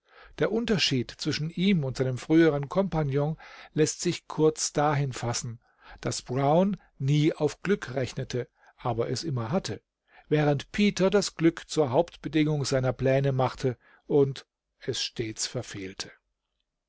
der unterschied zwischen ihm und seinem früheren compagnon läßt sich kurz dahin fassen daß brown nie auf glück rechnete aber es immer hatte während peter das glück zur hauptbedingung seiner pläne machte und es stets verfehlte